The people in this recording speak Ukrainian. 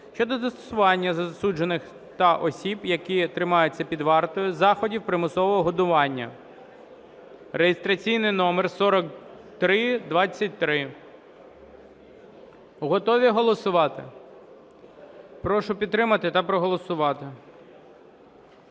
щодо застосування до засуджених та осіб, які тримаються під вартою, заходів примусового годування (реєстраційний номер 4323). Готові голосувати? Прошу підтримати та проголосувати.